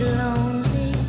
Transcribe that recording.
lonely